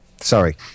Sorry